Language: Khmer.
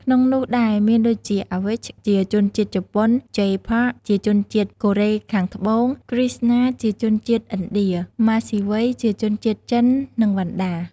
ក្នុងនោះដែរមានដូចជា Awich ជាជនជាតិ ជប៉ុន) , Jay Park ជាជនជាតិ កូរ៉េខាងត្បូង, KR$NA ជាជនជាតិ ឥណ្ឌា, Masiwei ជាជនជាតិ ចិន និង វណ្ណដា។